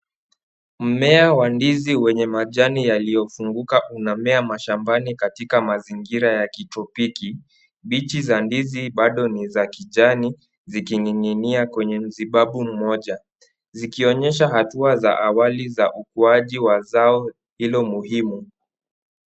Mmea wa ndizi wenye majani yaliyofunguka unamea mashambani katika mazingira ya kitropiki. Bichi za ndizi bado ni za kijani zikining'inia kwenye mzibabu mmoja zikionyesha hatua za awali za ukuaji wa zao hilo muhimu.